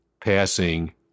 passing